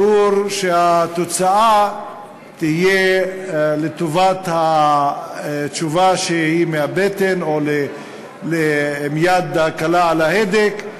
ברור שהתוצאה תהיה לטובת התשובה שהיא מהבטן או עם יד קלה על ההדק,